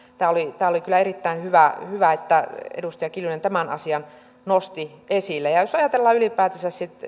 tämä oli tämä oli kyllä erittäin hyvä hyvä että edustaja kiljunen tämän asian nosti esille jos ajatellaan ylipäätänsä